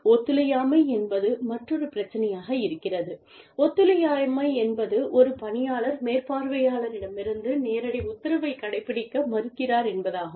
ஒத்துழையாமை என்பது மற்றொரு பிரச்சனையாக இருக்கிறது ஒத்துழையாமை என்பது ஒரு பணியாளர் மேற்பார்வையாளரிடமிருந்து நேரடி உத்தரவைக் கடைப்பிடிக்க மறுக்கிறார் என்பதாகும்